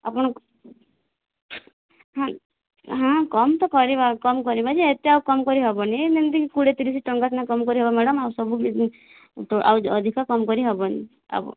ଆପଣଙ୍କୁ ହଁ ହଁ କମ ତ କରିବା କମ କରିବା ଯେ ଏତେ ଆଉ କମ କରି ହେବନି ଯେମିତି କି କୋଡ଼ିଏ ତିରିଶ ଟଙ୍କା ସିନା କମ କରି ହେବ ମ୍ୟାଡ଼ାମ ଆଉ ଆଉ ଅଧିକା କମ କରି ହେବନି ଆବ